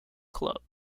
club